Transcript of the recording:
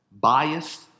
biased